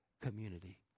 community